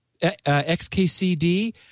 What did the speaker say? XKCD